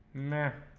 mac